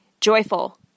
joyful